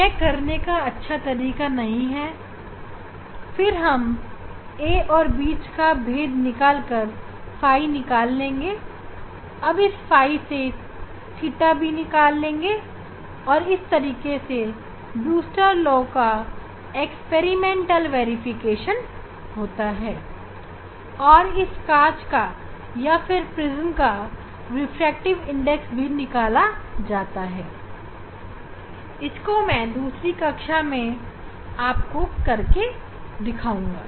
यह करने का अच्छा तरीका नहीं है फिर हम a और b के बीच का भेद निकालकर ɸ निकाल लेंगे अब इस ɸ से θB निकालेंगे और इस तरह से हमने बूस्टर ला को प्रयोगशाला में सत्यापित किया और इस प्रयोग से कांच का या फिर प्रिज्म का रिफ्रैक्टिव इंडेक्स भी निकाला जाता है जिसको मैं दूसरी कक्षा में आपको करके दिखाऊंगा